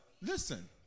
Listen